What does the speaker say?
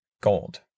gold